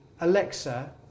Alexa